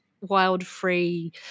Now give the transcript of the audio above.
wild-free